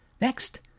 Next